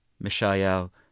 Mishael